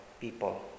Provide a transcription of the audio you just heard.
people